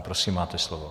Prosím, máte slovo.